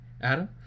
Adam